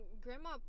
grandma